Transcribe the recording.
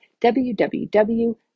www